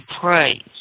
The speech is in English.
praise